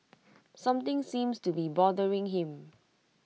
something seems to be bothering him